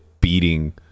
beating